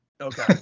Okay